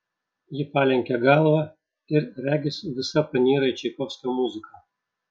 ji palenkia galvą ir regis visa panyra į čaikovskio muziką